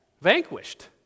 vanquished